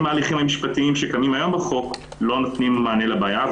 ההליכים המשפטיים שקיימים היום בחוק לא נותנים מענה לבעיה.